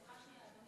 סליחה שנייה,